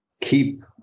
keep